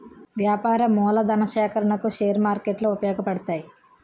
వ్యాపార మూలధన సేకరణకు షేర్ మార్కెట్లు ఉపయోగపడతాయి